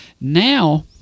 now